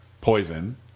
poison